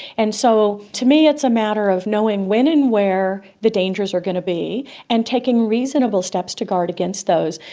and so to me it's a matter of knowing when and where the dangers are going to be and taking reasonable steps to guard against those.